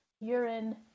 urine